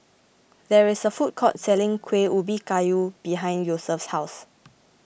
there is a food court selling Kuih Ubi Kayu behind Yosef's house